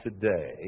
today